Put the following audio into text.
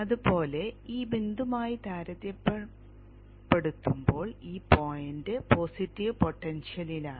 അതുപോലെ ഈ പോയിന്റുമായി താരതമ്യപ്പെടുത്തുമ്പോൾ ഈ പോയിന്റ് പോസിറ്റീവ് പൊട്ടൻഷ്യലിലാണ്